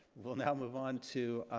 we'll now move onto